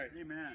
Amen